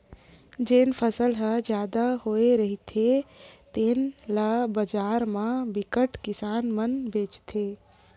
जेन फसल ह जादा होए रहिथे तेन ल बजार म बिकट किसान मन बेचथे